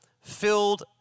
filled